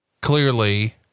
clearly